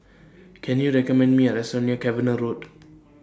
Can YOU recommend Me A Restaurant near Cavenagh Road